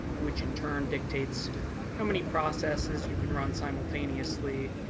which in turn dictates how many processes you can run simultaneously,